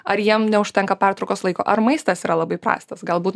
ar jiem neužtenka pertraukos laiko ar maistas yra labai prastas galbūt